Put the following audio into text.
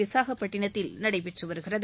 விசாகப்பட்டினதத்தில் நடைபெற்றுவருகிறது